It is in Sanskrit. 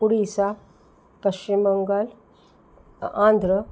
उडिसा पश्चिं बङ्गाल् आन्ध्र